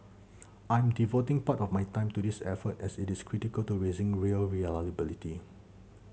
I'm devoting part of my time to this effort as it is critical to raising rail reliability